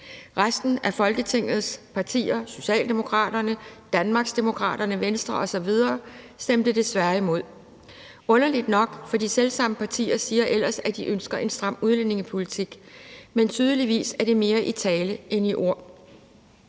Resten af Folketingets partier, Socialdemokraterne, Danmarksdemokraterne, Venstre osv., stemte desværre imod. Det er underligt nok, for de selv samme partier siger ellers, at de ønsker en stram udlændingepolitik, men tydeligvis er det mere i tale end i ord.